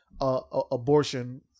abortion